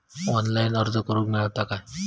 Online अर्ज करूक मेलता काय?